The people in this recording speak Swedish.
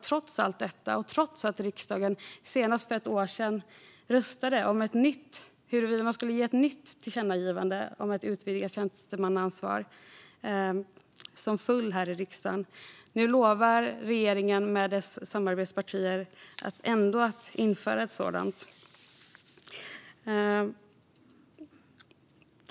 Trots allt detta och trots att riksdagen senast för ett år sedan röstade om att göra ett nytt tillkännagivande om utvidgat tjänstemannaansvar och att det föll här i riksdagen noterar jag att regeringen och dess samarbetspartier ändå lovar att införa ett sådant.